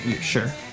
sure